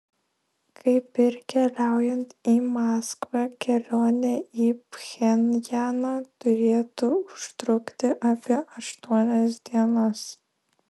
kaip ir keliaujant į maskvą kelionė į pchenjaną turėtų užtrukti apie aštuonias dienas